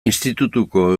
institutuko